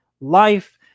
life